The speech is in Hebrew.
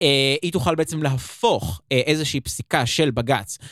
היא תוכל בעצם להפוך איזושהי פסיקה של בגץ.